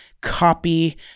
copy